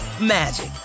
magic